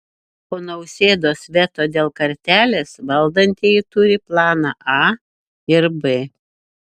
po nausėdos veto dėl kartelės valdantieji turi planą a ir b